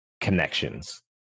connections